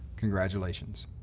congratulations.